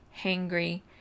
hangry